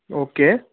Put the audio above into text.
okay